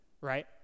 right